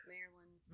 Maryland